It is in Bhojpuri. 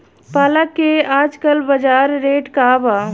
पालक के आजकल बजार रेट का बा?